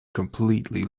completely